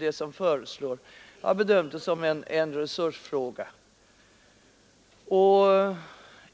Jag har återigen, när jag läst det, bedömt barngruppernas storlek som en resursfråga och